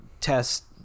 test